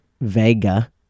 Vega